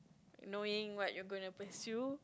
knowing what you're gonna pursue